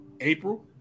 April